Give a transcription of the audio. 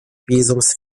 visums